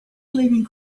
living